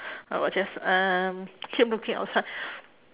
I was just um keep looking outside